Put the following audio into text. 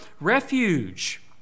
refuge